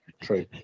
true